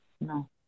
No